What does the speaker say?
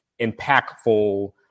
impactful